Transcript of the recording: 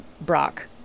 Brock